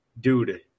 dude